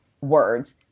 words